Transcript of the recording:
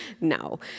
No